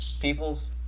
peoples